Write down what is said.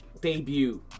debut